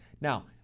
Now